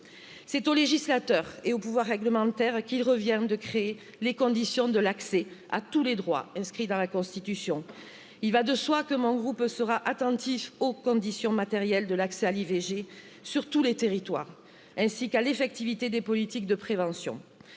C'est au législateur et au pouvoir réglementaire qu'il revient de créer les conditions de l'accès à tous les droits inscrits dans la constitution, il va de soi que mon groupe sera attentif aux conditions matérielles de l'accès à l'ivg à l'i V G sur tous les territoires ainsi qu'à l'effectivité des politiques de prévention,